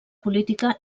política